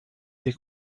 ter